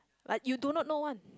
like you do not know one